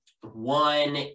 one